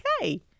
okay